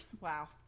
Wow